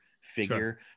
figure